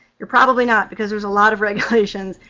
you're probably not, because there's a lot of regulations,